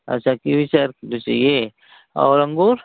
अच्छा कीवी चार किलो चाहिए और अंगूर